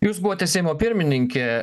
jūs buvote seimo pirmininkė